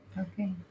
Okay